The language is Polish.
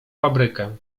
fabrykę